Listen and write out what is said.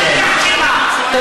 אל תתכחשי לה.